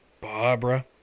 Barbara